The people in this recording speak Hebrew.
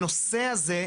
הנושא הזה,